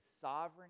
sovereign